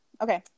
Okay